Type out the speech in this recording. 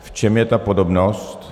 V čem je ta podobnost?